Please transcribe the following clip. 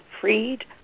freed